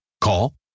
Call